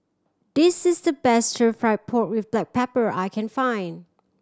this is the best Stir Fried Pork With Black Pepper that I can find